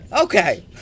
okay